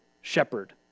shepherd